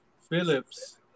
Phillips